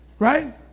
right